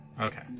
Okay